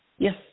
Yes